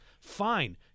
fine